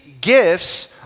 gifts